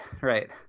right